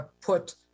put